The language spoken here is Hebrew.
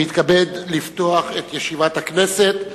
אני מתכבד לפתוח את ישיבת הכנסת.